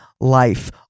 life